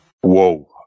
Whoa